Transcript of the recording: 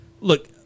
look